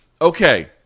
Okay